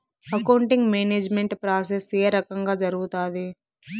accounting management process ఏ రకంగా జరుగుతాది